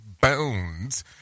Bones